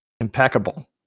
impeccable